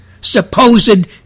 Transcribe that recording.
supposed